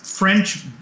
French